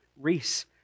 Reese